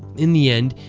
in the end,